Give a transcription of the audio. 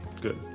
Good